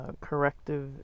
corrective